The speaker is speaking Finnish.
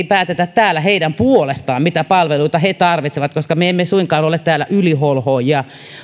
päätetä täällä heidän puolestaan mitä palveluita he tarvitsevat koska me emme suinkaan ole ole täällä yliholhoojia